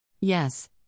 Yes